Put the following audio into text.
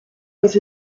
was